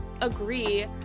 agree